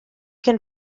can